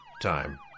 time